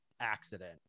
accident